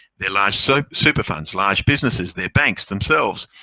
they're large so super funds, large businesses, they're banks themselves.